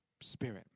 spirit